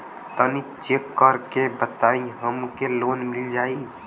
तनि चेक कर के बताई हम के लोन मिल जाई?